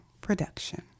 production